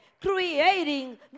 creating